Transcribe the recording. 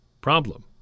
problem